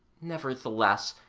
nevertheless,